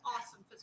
awesome